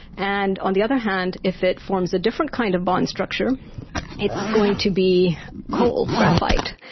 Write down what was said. and on the other hand if it forms a different kind of bond structure it's going to be coal, graphite,